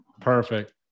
Perfect